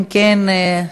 אם כן,